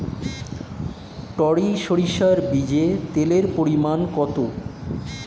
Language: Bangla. টরি সরিষার বীজে তেলের পরিমাণ কত?